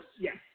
Yes